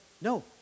No